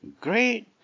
great